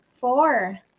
four